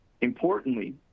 Importantly